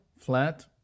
flat